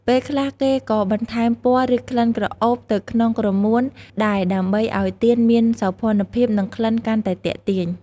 ពេលខ្លះ គេក៏បន្ថែមពណ៌ ឬក្លិនក្រអូបទៅក្នុងក្រមួនដែរដើម្បីឲ្យទៀនមានសោភ័ណភាព និងក្លិនកាន់តែទាក់ទាញ ។